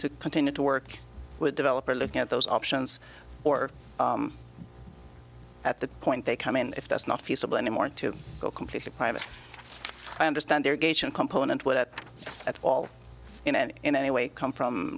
to continue to work with developers looking at those options or at the point they come in if that's not feasible anymore to go completely private i understand their gauge and component with that at all in any in any way come from